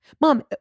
Mom